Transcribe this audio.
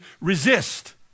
resist